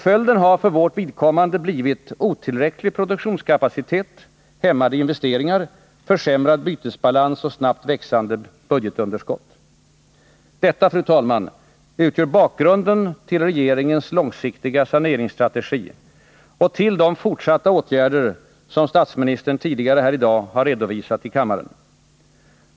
Följden har för vårt vidkommande blivit otillräcklig produktionskapacitet, hämmade investeringar, försämrad bytesbalans och snabbt växande budgetunderskott. Detta, fru talman, utgör bakgrunden till regeringens långsiktiga saneringsstrategi och till de fortsatta åtgärder som statsministern tidigare i dag redovisat inför denna kammare.